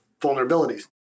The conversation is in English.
vulnerabilities